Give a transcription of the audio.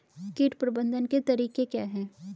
कीट प्रबंधन के तरीके क्या हैं?